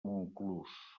montclús